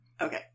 Okay